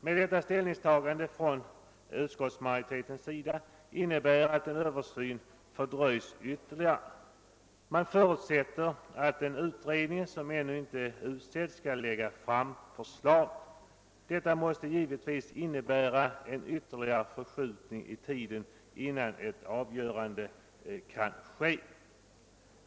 Men detta ställningstagande från utskottsmajoritetens sida innebär, att en översyn fördröjs ytterligare. Man förutsätter att en utredning, som ännu inte är utsedd, skall lägga fram förslag. Detta måste givetvis innebär en ytterligare förskjutning i tiden, innan ett avgörande kan ske.